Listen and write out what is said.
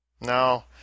No